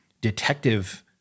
detective